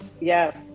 Yes